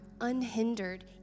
unhindered